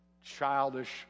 childish